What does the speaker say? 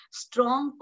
strong